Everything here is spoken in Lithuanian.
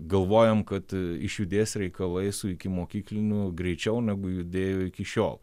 galvojam kad išjudės reikalai su ikimokykliniu greičiau negu judėjo iki šiol